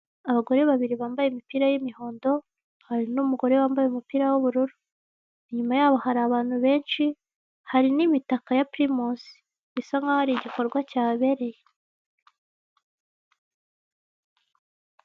Abagore babiri bambaye imipira y'imihondo, hari n'umugore wambaye umupira w'ubururu. Inyuma yaho hari abantu benshi, hari n'imitaka ya pirimusi, bisa nkaho ari igikorwa cyahabereye.